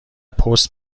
پست